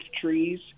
trees